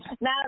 Now